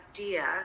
idea